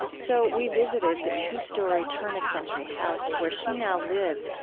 so we visited the two-story, turn-of-century house where she now lives,